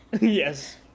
Yes